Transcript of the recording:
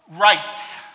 rights